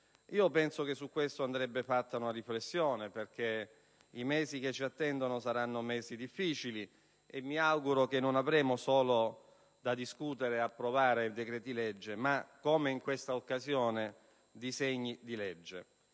Penso che su questo andrebbe fatta una riflessione. I mesi che ci attendono saranno difficili e mi auguro che non avremo solo da discutere e approvare decreti-legge ma, come in quest'occasione, disegni di legge